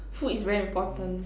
food is very important